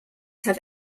have